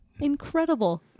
Incredible